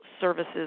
Services